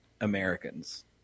Americans